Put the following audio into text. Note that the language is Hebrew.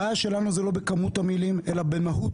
הבעיה שלנו היא לא בכמות המילים אלא במהות